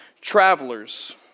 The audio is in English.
travelers